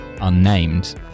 unnamed